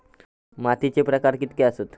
मातीचे प्रकार कितके आसत?